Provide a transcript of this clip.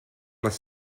les